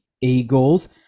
Eagles